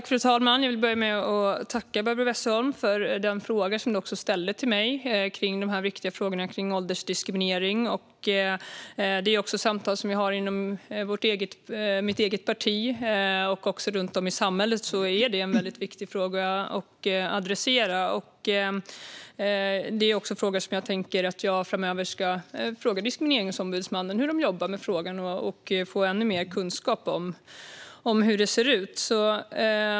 Fru talman! Jag vill börja med att tacka Barbro Westerholm för den skriftliga fråga som hon ställde till mig om det viktiga området åldersdiskriminering. Detta är ett samtal som förs inom mitt eget parti, och även runt om i samhället är detta en väldigt viktig fråga att adressera. Det här är dessutom frågor som jag har tänkt att ställa till Diskrimineringsombudsmannen för att höra hur man där jobbar med dem så att jag får ännu mer kunskap om hur det ser ut.